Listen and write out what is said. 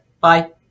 Bye